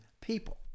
people